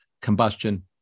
combustion